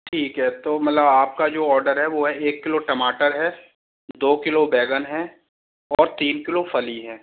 ठीक है तो मतलब आपका जो ऑर्डर है वो है एक किलो टमाटर है दो किलो बैगन है और तीन किलो फली है